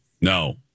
No